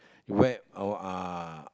you wear uh uh